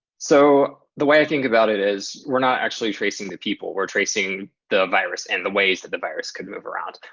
so, the way i think about it is we're not actually tracing the people, we're tracing the virus and the ways that the virus could move around.